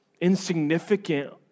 insignificant